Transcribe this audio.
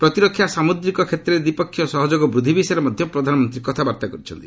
ପ୍ରତିରକ୍ଷା ଓ ସାମୁଦ୍ରିକ କ୍ଷେତ୍ରରେ ଦ୍ୱିପକ୍ଷୀୟ ସହଯୋଗ ବୃଦ୍ଧି ବିଷୟରେ ମଧ୍ୟ ପ୍ରଧାନମନ୍ତ୍ରୀ କଥାବର୍ତ୍ତା କରିଛନ୍ତି